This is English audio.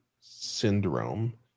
syndrome